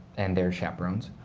and their chaperones.